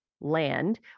land